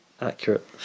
accurate